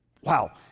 wow